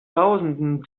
tausenden